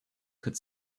could